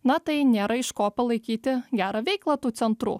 na tai nėra iš ko palaikyti gerą veiklą tų centrų